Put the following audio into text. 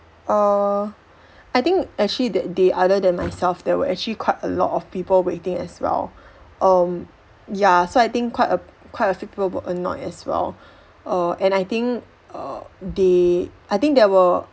err I think actually that day other than myself there were actually quite a lot of people waiting as well um ya so I think quite a quite a few people were annoyed as well err and I think err they I think there were